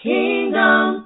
Kingdom